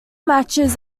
matches